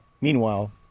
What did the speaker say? meanwhile